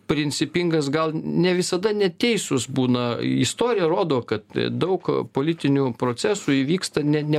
principingas gal ne visada neteisūs būna istorija rodo kad daug politinių procesų įvyksta ne ne